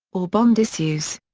or bond issues.